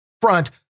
front